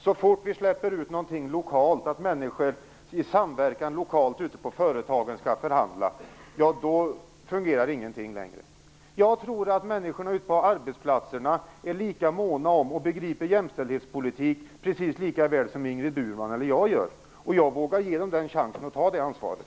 Så fort vi släpper något lokalt och människor i samverkan lokalt ute på företagen skall förhandla fungerar ingenting längre. Jag tror att människorna ute på arbetsplatserna är lika måna om, och begriper, jämställdhetspolitik precis lika bra som Ingrid Burman och jag. Jag vågar ge dem chansen att ta det ansvaret.